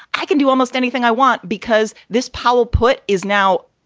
i can do almost anything i want because this power put is now,